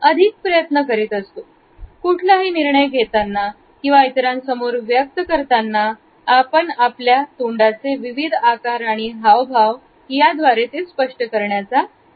दसरी स्लाईड बघा कुठलाही निर्णय घेताना किंवा इतरांसमोर व्यक्त करताना आपण आपल्या तोंडाचे विविध आकार आणि हावभाव याद्वारे ते स्पष्ट करण्याचा प्रयत्न करीत असतो